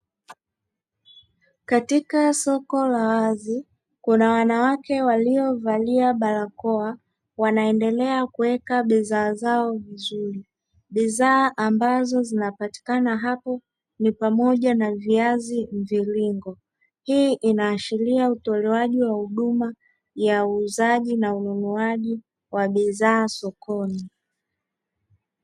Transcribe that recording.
Katika soko la wazi kuna wanawake waliovalia barakoa, wanaendelea kuweka bidhaa zao vizuri. Bidhaa ambazo zinapatikana hapo ni pamoja na viazi mviringo; hii inaashiria utolewaji wa huduma ya uuzaji na ununuaji wa bidhaa sokoni.